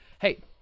Hey